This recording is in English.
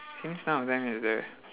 I think some of them is there